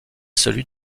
celui